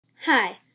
Hi